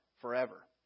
forever